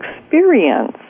experience